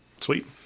Sweet